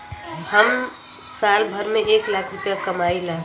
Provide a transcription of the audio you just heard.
हम साल भर में एक लाख रूपया कमाई ला